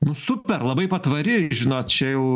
nu super labai patvari žinot čia jau